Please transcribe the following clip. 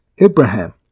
Abraham